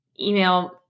email